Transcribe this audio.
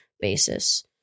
basis